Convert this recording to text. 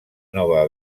nova